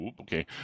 okay